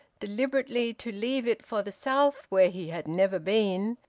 deliberately to leave it for the south, where he had never been,